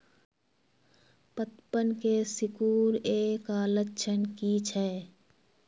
पतबन के सिकुड़ ऐ का लक्षण कीछै?